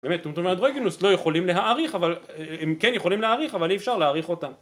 באמת, טומטום ואנדרוגינוס לא יכולים להעריך, אבל... הם כן יכולים להעריך, אבל אי אפשר להעריך אותם.